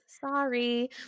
sorry